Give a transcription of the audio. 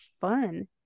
fun